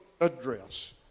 address